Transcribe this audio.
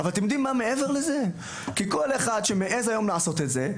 אבל מעבר לזה, כל אחד שמעז לעשות את זה,